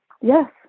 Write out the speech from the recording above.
Yes